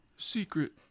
Secret